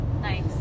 nice